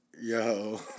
Yo